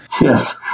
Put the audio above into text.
Yes